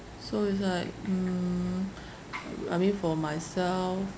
so it's like mm I I mean for myself